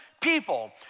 people